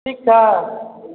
ठीक छै